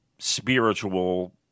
spiritual